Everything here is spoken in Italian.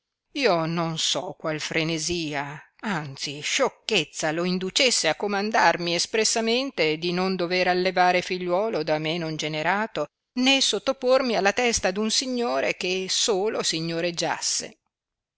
io non so qual frenesia anzi sciocchezza lo inducesse a comandarmi espressamente di non dover allevare figliuolo da me non generato né sottopormi alla testa d un signore che solo signoreggiasse